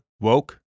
Woke